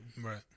right